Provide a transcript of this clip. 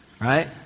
Right